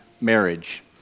marriage